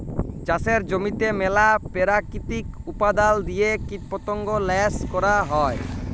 চাষের জমিতে ম্যালা পেরাকিতিক উপাদাল দিঁয়ে কীটপতঙ্গ ল্যাশ ক্যরা হ্যয়